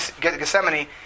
Gethsemane